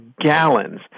gallons